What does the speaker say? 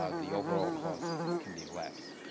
ah the overall costs can be less.